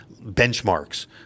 benchmarks